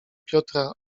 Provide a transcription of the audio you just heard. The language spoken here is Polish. piotra